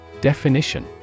Definition